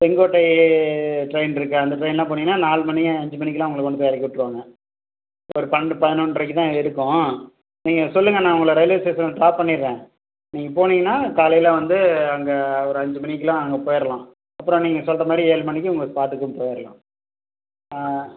Sengottai train இருக்குது அந்த ட்ரெயின்லாம் போனீங்கன்னா நாலு மணி அஞ்சு மணிக்கெல்லாம் உங்களை கொண்டு போய் இறக்கி விட்டுருவாங்க அங்கே ஒரு பன்னெண்டு பதினொன்றைக்கு தான் இருக்கும் நீங்கள் சொல்லுங்கள் நான் உங்களை ரெயில்வே ஸ்டேஷனில் ட்ராப் பண்ணிடுறேன் நீங்கள் போனீங்கன்னா காலையில் வந்து அங்கே ஒரு அஞ்சு மணிக்கெல்லாம் அங்கே போயிடலாம் அப்புறம் நீங்கள் சொல்கிற மாதிரி ஏழு மணிக்கு உங்கள் ஸ்பாட்டுக்கும் போயிடலாம் ஆ